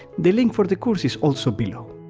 the link for the course is also below.